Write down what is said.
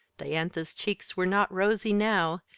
diantha's cheeks were not rosy now,